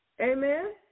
Amen